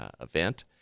event